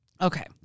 Okay